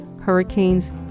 hurricanes